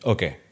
Okay